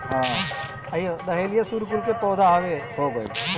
dahlia सूर्यकुल के पौधा हवे